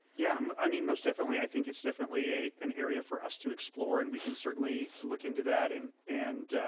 yeah, i mean most definitely i think it's definitely an area for us to explore and we can certainly look into that and and